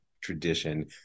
tradition